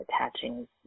attaching